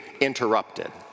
interrupted